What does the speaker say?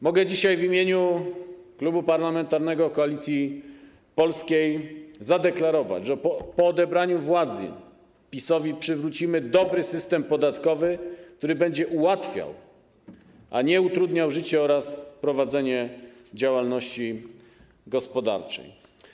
Mogę dzisiaj w imieniu Klubu Parlamentarnego Koalicja Polska zadeklarować, że po odebraniu władzy PiS-owi przywrócimy dobry system podatkowy, który będzie ułatwiał, a nie utrudniał życie oraz prowadzenie działalności gospodarczej.